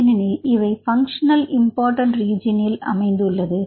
ஏனெனில் இவை function important ரிஜியெனில் அமைந்துள்ளது